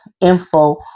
info